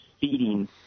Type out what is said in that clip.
feeding